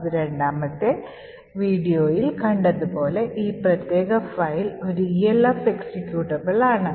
ഇന്ന് രണ്ടാമത്തെ വീഡിയോയിൽ കണ്ടതുപോലെ ഈ പ്രത്യേക ഫയൽ ഒരു elf എക്സിക്യൂട്ടബിൾ ആണ്